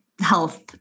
health